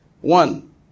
One